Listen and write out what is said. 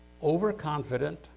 overconfident